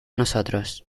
nosotros